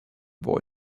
boy